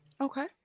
Okay